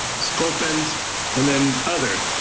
sculpins and then other.